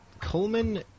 Coleman